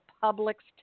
public's